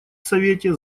совете